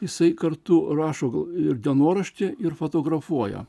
jisai kartu rašo ir dienoraštį ir fotografuoja